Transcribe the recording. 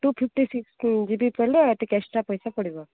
two fifty six GB ପଡ଼ିଲେ ଆଉ ଟିକେ ଏକ୍ସଟ୍ରା ପଇସା ପଡ଼ିବ